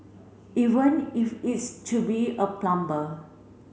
even if it's to be a plumber